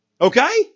okay